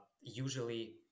usually